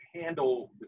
handle